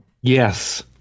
Yes